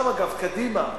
אגב, קדימה,